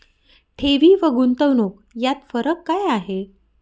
ठेवी आणि गुंतवणूक यात फरक काय आहे?